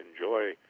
enjoy